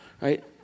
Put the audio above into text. right